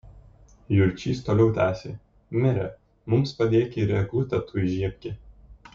jurčys toliau tęsė mere mums padėki ir eglutę tu įžiebki